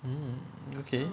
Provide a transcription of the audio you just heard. mm okay